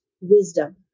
wisdom